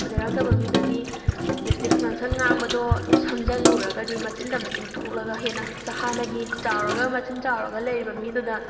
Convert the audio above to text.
ꯐꯖꯔꯝꯗꯕ ꯃꯤꯗꯗꯤ ꯂꯤꯞ ꯏꯁꯇꯤꯛ ꯉꯥꯡꯁꯪ ꯉꯥꯡꯕꯗꯣ ꯁꯪꯖꯜꯂꯨꯔꯒꯗꯤ ꯃꯆꯤꯟꯗ ꯃꯆꯤꯟ ꯊꯣꯛꯂꯒ ꯍꯦꯟꯅ ꯍꯥꯟꯅꯒꯤ ꯆꯥꯎꯔꯒ ꯃꯆꯤꯟ ꯆꯥꯎꯔꯒ ꯂꯩꯔꯤꯕ ꯃꯤꯗꯨꯗ